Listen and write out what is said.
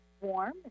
warm